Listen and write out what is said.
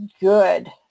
good